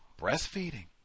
Breastfeeding